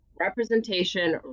representation